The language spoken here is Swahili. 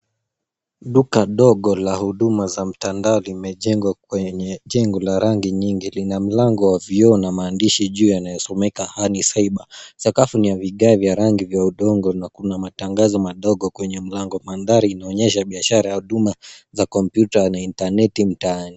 Duka dogo la huduma za mtandao limejengwa kwenye jengo la rangi nyingi. Lina mlango wa vioo na maandishi juu yanasomeka Ahadi Cyber. Sakafu ni ya vigae vya rangi vya udongo na kuna matangazo madogo kwenye mlango. Mandhari inaonyesha biashara ya huduma za kompyuta na intaneti mtaani.